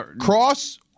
cross